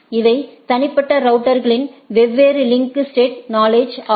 இவை தனிப்பட்ட ரவுட்டர்களின் வெவ்வேறு லிங்க் ஸ்டேட் நாலட்ஐ் ஆகும்